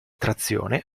trazione